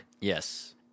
Yes